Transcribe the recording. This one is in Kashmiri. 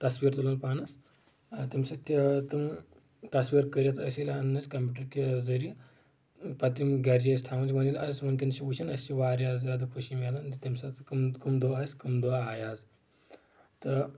تصویٖر تُلان پانس آ تیٚمہِ سۭتۍ تہِ تِم تصویٖر کٔرتھ أسۍ ییٚلہِ انان ٲسۍ کمپیوٹر کہِ ذٔریعہٕ پتہٕ یِم گرِ چھِ أسۍ تھاوان اس ؤنکیٚن چھِ وٕچھان اسہِ چھِ واریاہ زیادٕ خوشی مِلان تیٚمہِ ساتہٕ کٔم کٔم دۄہ ٲسۍ کٔم دۄہ آیہِ آز تہٕ